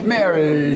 Mary